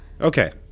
Okay